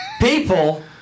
people